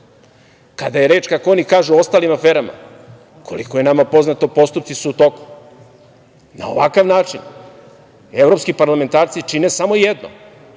Kada je reč kako oni kažu o ostalim aferama, koliko je nama poznato postupci su u toku. Na ovakav način, Evropski parlamentarci čine samo jedno,